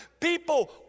People